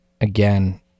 again